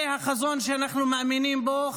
זה החזון שאנחנו מאמינים בו,